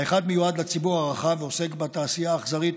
האחד מיועד לציבור הרחב ועוסק בתעשייה האכזרית